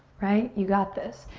right? you got this.